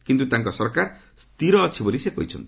କିନ୍ତୁ ତାଙ୍କ ସରକାର ସ୍ଥିର ଅଛି ବୋଲି ସେ କହିଛନ୍ତି